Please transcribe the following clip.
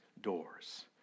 doors